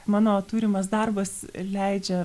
mano turimas darbas leidžia